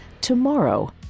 tomorrow